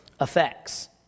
effects